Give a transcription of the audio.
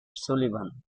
sullivan